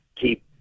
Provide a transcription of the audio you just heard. keep